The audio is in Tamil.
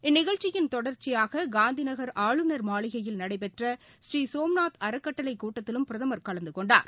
இந்நிகழ்ச்சியின் தொடர்ச்சியாககாந்திநகர் ஆளுநர் மாளிகையில் நடைபெற்ற அறக்கட்டளைகூட்டத்திலும் பிரதமர் கலந்துகொண்டார்